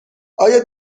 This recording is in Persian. آیا